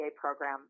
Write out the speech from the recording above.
program